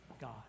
God